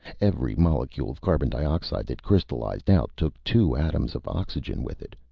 every molecule of carbon-dioxide that crystallized out took two atoms of oxygen with it,